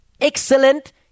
excellent